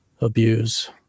abuse